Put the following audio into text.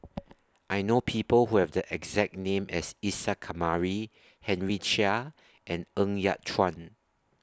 I know People Who Have The exact name as Isa Kamari Henry Chia and Ng Yat Chuan